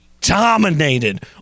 Dominated